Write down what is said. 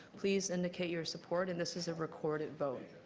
please indicate your support. and this is a recorded vote.